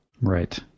Right